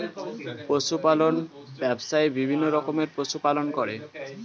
পশু পালন ব্যবসায়ে বিভিন্ন রকমের পশু পালন করে